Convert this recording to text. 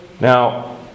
Now